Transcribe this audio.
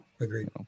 agreed